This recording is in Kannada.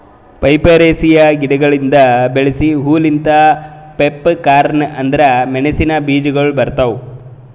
ಪೈಪರೇಸಿಯೆ ಗಿಡಗೊಳ್ದಾಂದು ಬೆಳಸ ಹೂ ಲಿಂತ್ ಪೆಪ್ಪರ್ಕಾರ್ನ್ ಅಂದುರ್ ಮೆಣಸಿನ ಬೀಜಗೊಳ್ ಬರ್ತಾವ್